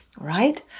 Right